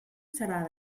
serà